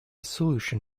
solution